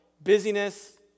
busyness